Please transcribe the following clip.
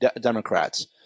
Democrats